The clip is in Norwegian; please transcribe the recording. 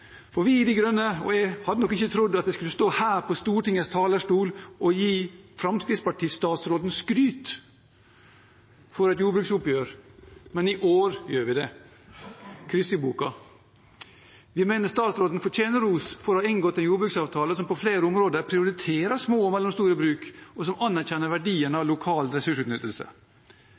jordbruksoppgjør: Vi i De Grønne hadde nok ikke trodd at jeg skulle stå her på Stortingets talerstol og gi Fremskrittsparti-statsråden skryt for et jordbruksoppgjør, men i år gjør jeg det. Kryss i taket! Vi mener at statsråden fortjener ros for å ha inngått en jordbruksavtale som på flere områder prioriterer små og mellomstore bruk, og som anerkjenner verdien av lokal ressursutnyttelse.